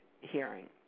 hearing